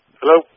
hello